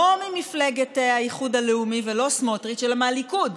לא ממפלגת האיחוד הלאומי ולא סמוטריץ' אלא מהליכוד,